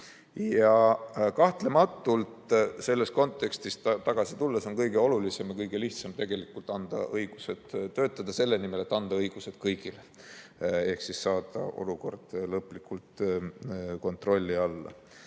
Ja kahtlematult selles kontekstis tagasi tulles on kõige olulisem ja kõige lihtsam tegelikult töötada selle nimel, et anda õigused kõigile ehk saada olukord lõplikult kontrolli alla.